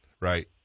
right